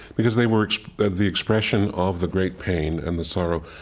because they were the expression of the great pain and the sorrow.